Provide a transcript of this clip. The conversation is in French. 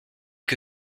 que